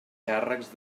càrrecs